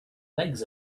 legs